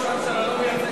ראש הממשלה מייצג את הממשלה.